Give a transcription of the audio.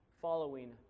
following